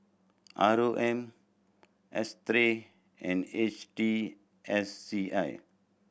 R O M S Three and H T S C I